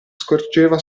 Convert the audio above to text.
scorgeva